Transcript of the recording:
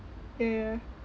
ya ya